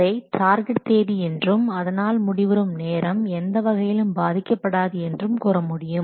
அதை டார்கெட் தேதி என்றும் அதனால் முடிவுறு நேரம் எந்தவகையிலும் பாதிக்கப்படாது என்றும் கூறமுடியும்